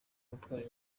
gutwara